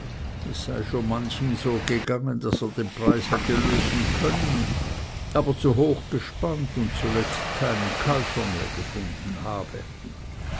sei schon manchem so gegangen daß er den preis hätte lösen können aber zu hoch gespannt und zuletzt keinen käufer mehr gefunden habe